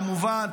כמובן,